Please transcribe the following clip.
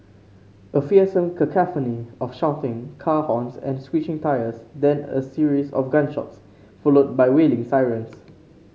a fearsome cacophony of shouting car horns and screeching tyres then a series of gunshots followed by wailing sirens